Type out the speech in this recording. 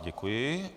Děkuji.